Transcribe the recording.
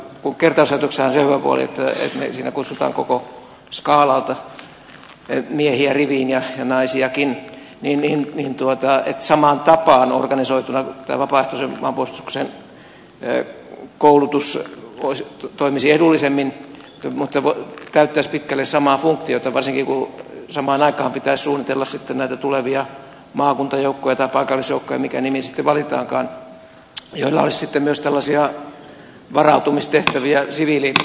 kun kertausharjoituksissahan on se hyvä puoli että sinne kutsutaan koko skaalalta miehiä riviin ja naisiakin niin samaan tapaan organisoituna tämä vapaaehtoisen maanpuolustuksen koulutus toimisi edullisemmin mutta täyttäisi pitkälle samaa funktiota varsinkin kun samaan aikaan pitäisi suunnitella sitten näitä tulevia maakuntajoukkoja tai paikallisjoukkoja mikä nimi sitten valitaankaan joilla olisi myös tällaisia varautumistehtäviä siviilitarpeisiin